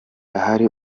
ahari